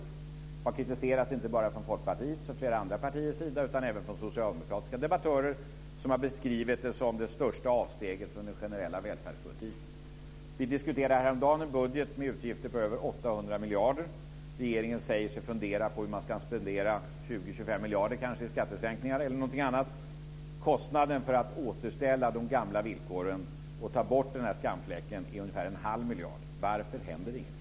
Det har kritiserats inte bara från Folkpartiets och flera andra partiers sida utan även från socialdemokratiska debattörer, som har beskrivit det som det största avsteget från den generella välfärdspolitiken. Vi diskuterade häromdagen en budget med utgifter på över 800 miljarder. Regeringen säger sig fundera på hur man ska spendera 20-25 miljarder i skattesänkningar. Kostnaden för att återställa de gamla villkoren och ta bort denna skamfläck är ungefär en halv miljard. Varför händer det ingenting?